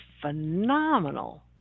phenomenal